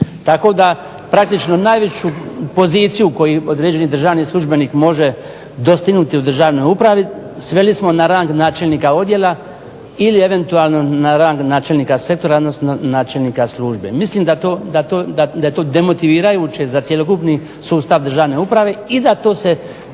tako da praktično najveću poziciju koju određeni državni službenik može dostignuti u državnoj upravi sveli smo na rang načelnika odjela ili eventualno na rang načelnika sektora, odnosno načelnika službe. Mislim da je to demotivirajuće za cjelokupni sustav državne uprave i da se